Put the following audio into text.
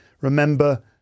remember